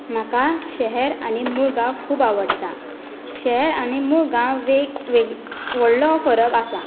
म्हाका शहर आनी मुळगांव खूब आवडटा शहर आनी मुळगांव वेग वेग व्हडलो फरक आसा